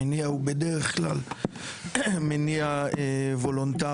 המניע הוא בדרך כלל מניע וולונטרי,